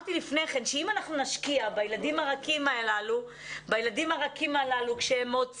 אמרתי לפני כן שאם אנחנו נשקיע בילדים הרכים הללו כשהם עוד צעירים,